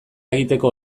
egiteko